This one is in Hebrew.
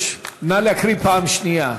נא להקריא פעם שנייה,